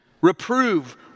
Reprove